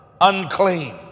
unclean